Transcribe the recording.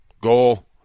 goal